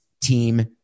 team